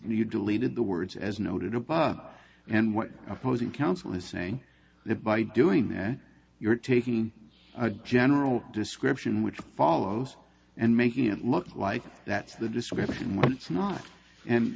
you deleted the words as noted above and what opposing counsel is saying that by doing that you're taking a general description which follows and making it look like that the description was it's not and